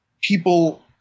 people